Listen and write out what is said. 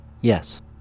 Yes